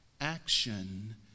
action